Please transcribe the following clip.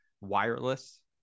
wireless